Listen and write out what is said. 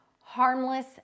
harmless